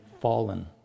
fallen